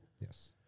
yes